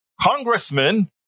Congressman